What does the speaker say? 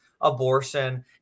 abortion